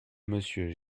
monsieur